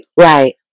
Right